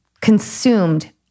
consumed